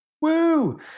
woo